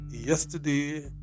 Yesterday